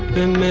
in